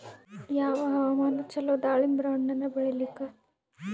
ಯಾವ ಹವಾಮಾನ ಚಲೋ ದಾಲಿಂಬರ ಹಣ್ಣನ್ನ ಬೆಳಿಲಿಕ?